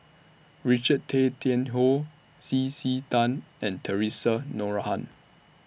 Richard Tay Tian Hoe C C Tan and Theresa Noronha